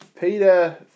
Peter